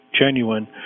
genuine